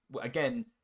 Again